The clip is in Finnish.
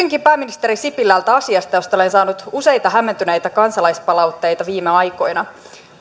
pääministeri sipilältä asiasta josta olen saanut useita hämmentyneitä kansalaispalautteita viime aikoina